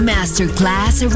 Masterclass